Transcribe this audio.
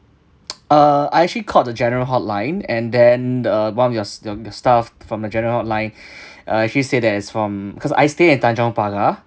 err I actually called the general hotline and then the one of your s~ your your staff from the general hotline uh actually said that is from because I stay in tanjong pagar